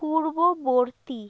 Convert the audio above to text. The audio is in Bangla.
পূর্ববর্তী